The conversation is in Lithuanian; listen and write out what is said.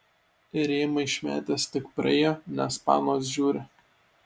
rėmą išmetęs tik praėjo nes panos žiūri